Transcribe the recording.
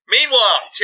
Meanwhile